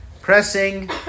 pressing